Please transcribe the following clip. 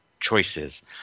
choices